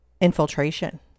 infiltration